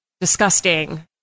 disgusting